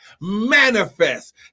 manifest